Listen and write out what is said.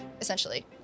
essentially